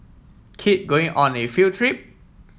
kid going on a field trip